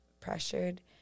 pressured